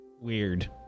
weird